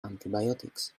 antibiotics